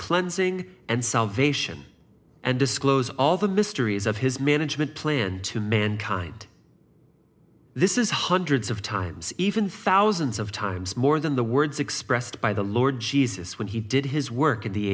cleansing and salvation and disclose all the mysteries of his management plan to mankind this is hundreds of times even thousands of times more than the words expressed by the lord jesus when he did his work at the